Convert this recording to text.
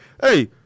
hey